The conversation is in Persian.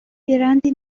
برند